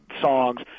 Songs